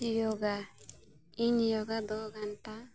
ᱡᱳᱜᱟ ᱤᱧ ᱡᱳᱜᱟ ᱫᱩ ᱜᱷᱟᱱᱴᱟ